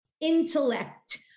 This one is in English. intellect